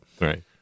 Right